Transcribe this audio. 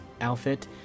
outfit